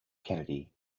kennedy